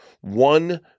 one